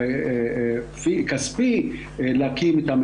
להגיע לתארים